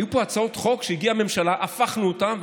היו פה הצעות חוק שהגיעו מהממשלה והפכנו אותן.